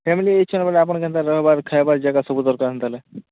family ଆଇଛନ୍ ବୋଲେ ଆପଣ୍ ଯେନ୍ତା ରହିବାର୍ ଖାଇବାର୍ ଜାଗା ସବୁ ଦରକାର୍ ଯେନ୍ତା ହେଲେ